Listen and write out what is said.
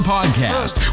Podcast